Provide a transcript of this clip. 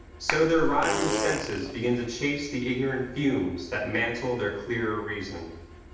so their rising senses begin to chase the ignorant fumes that mantle their clearer reason.